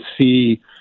see